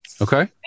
Okay